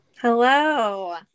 Hello